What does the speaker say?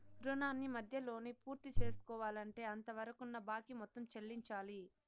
రుణాన్ని మధ్యలోనే పూర్తిసేసుకోవాలంటే అంతవరకున్న బాకీ మొత్తం చెల్లించాలి